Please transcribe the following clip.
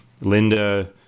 Linda